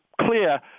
clear